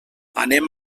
anem